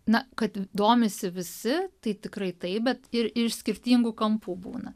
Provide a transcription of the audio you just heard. na kad domisi visi tai tikrai taip bet ir iš skirtingų kampų būna